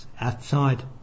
outside